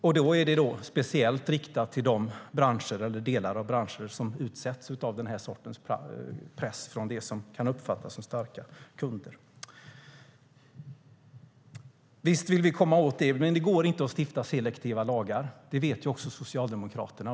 Det riktar sig speciellt till de branscher eller delar av branscher som utsätts för den sortens press från dem som kan uppfattas som starka kunder. Visst vill vi komma åt det, men det går inte att stifta selektiva lagar. Det vet även Socialdemokraterna.